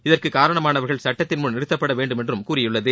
இதற்கு காரணமானவர்கள் சுட்டத்தின்முன் நிறுத்தப்பட வேண்டும் என்றும் கூறியுள்ளது